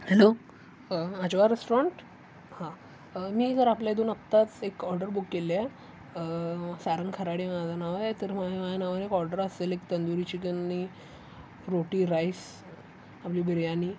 hello Ajwa restaurant हां मी जर आपल्या इथून आत्ताच एक ऑर्डर बुक केले आहे सारंग खराडे माझं नाव आहे तर माझ्या माझ्या नावाने एक ऑर्डर असेल एक तंदुरी चिकन आणि रोटी राईस आपली बिर्याणी